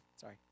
sorry